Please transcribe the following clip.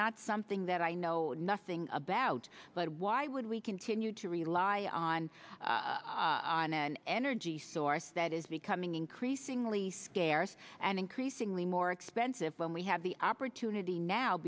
not something that i know nothing about but why would we continue to rely on on an energy source that is becoming increasingly scarce and increasingly more expensive when we have the opportunity now